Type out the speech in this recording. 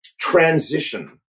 transition